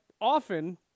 often